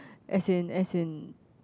as in as in